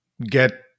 get